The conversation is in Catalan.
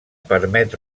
permet